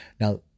Now